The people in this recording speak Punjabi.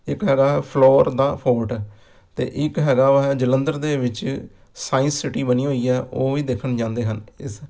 ਇੱਕ ਹੈਗਾ ਹੈ ਫਿਲੌਰ ਦਾ ਫੋਰਟ ਅਤੇ ਇੱਕ ਹੈਗਾ ਵਾ ਜਲੰਧਰ ਦੇ ਵਿੱਚ ਸਾਇੰਸ ਸਿਟੀ ਬਣੀ ਹੋਈ ਹੈ ਉਹ ਵੀ ਦੇਖਣ ਜਾਂਦੇ ਹਨ ਇਸ